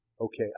Okay